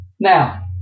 Now